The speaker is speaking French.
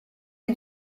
est